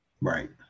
Right